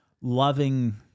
loving